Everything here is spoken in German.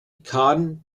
khan